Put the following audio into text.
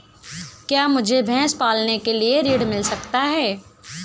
क्या मुझे भैंस पालने के लिए ऋण मिल सकता है?